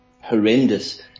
horrendous